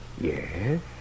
Yes